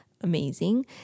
amazing